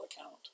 account